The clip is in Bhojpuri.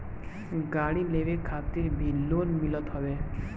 गाड़ी लेवे खातिर भी लोन मिलत हवे